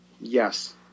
yes